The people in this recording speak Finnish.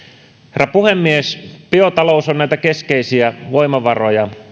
herra puhemies biotalous on näitä keskeisiä voimavaroja